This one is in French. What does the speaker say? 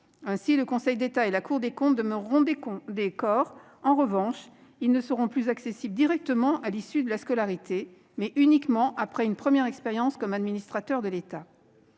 Le Conseil d'État et la Cour des comptes conserveront leurs corps respectifs. En revanche, ces derniers ne seront plus accessibles directement à l'issue de la scolarité, mais uniquement après une première expérience comme administrateur de l'État.